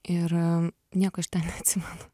ir nieko iš ten neatsimenu